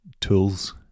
tools